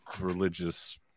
religious